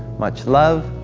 much love.